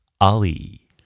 Ali